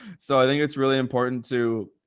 so i think it's really important to,